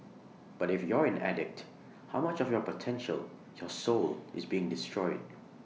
but if you're an addict how much of your potential your soul is being destroyed